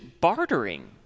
bartering